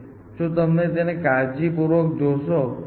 જો તમે તેને કાળજીપૂર્વક જોશો તો તમને લાગશે કે તે સમાન નથી